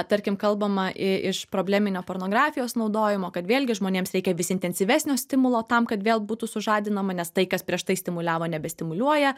tarkim kalbama i iš probleminio pornografijos naudojimo kad vėlgi žmonėms reikia vis intensyvesnio stimulo tam kad vėl būtų sužadinama nes tai kas prieš tai stimuliavo nebe stimuliuoja